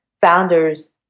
founders